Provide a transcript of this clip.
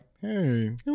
hey